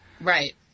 Right